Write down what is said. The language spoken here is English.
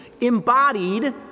embodied